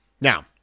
Now